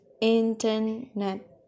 internet